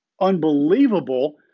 unbelievable